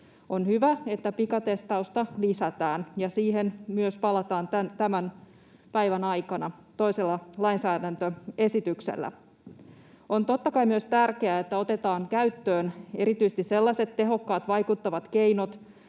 On hyvä, että pikatestausta lisätään, ja siihen myös palataan tämän päivän aikana toisella lainsäädäntöesityksellä. On totta kai myös tärkeää, että otetaan käyttöön erityisesti sellaiset tehokkaat, vaikuttavat keinot